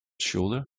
shoulder